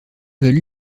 valu